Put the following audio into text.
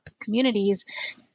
communities